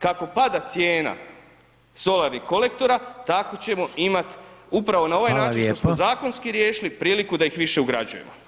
Kako pada cijena solarnih kolektora, tako ćemo imati upravo na ovaj način što smo zakonski riješili priliku da ih više ugrađujemo.